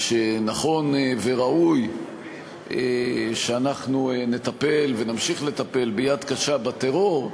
שנכון וראוי שאנחנו נטפל ונמשיך לטפל ביד קשה בטרור.